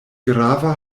grava